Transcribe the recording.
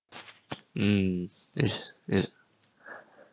um its its